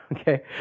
Okay